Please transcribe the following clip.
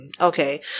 Okay